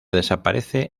desaparece